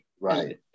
Right